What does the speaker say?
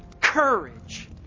courage